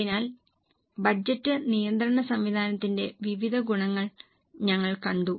അതിനാൽ ബജറ്റ് നിയന്ത്രണ സംവിധാനത്തിന്റെ വിവിധ ഗുണങ്ങൾ ഞങ്ങൾ കണ്ടു